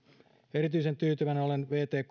erityisen tyytyväinen olen vt